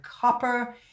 copper